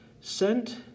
sent